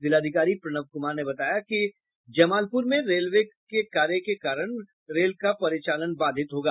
जिलाधिकारी प्रणव कुमार ने बताया कि जमलापुर में रेलवे कार्य के कारण रेलों का परिचालन बाधित होगा